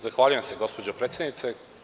Zahvaljujem se gospođo predsednice.